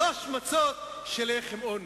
שלוש מצות של לחם עוני.